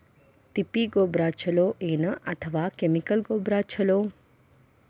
ತಿಪ್ಪಿ ಗೊಬ್ಬರ ಛಲೋ ಏನ್ ಅಥವಾ ಕೆಮಿಕಲ್ ಗೊಬ್ಬರ ಛಲೋ?